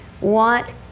want